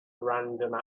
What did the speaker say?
random